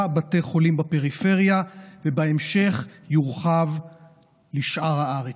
בתי חולים בפריפריה ובהמשך יורחב לשאר הארץ.